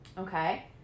okay